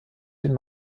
den